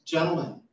Gentlemen